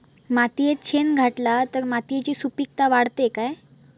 मातयेत शेण घातला तर मातयेची सुपीकता वाढते काय?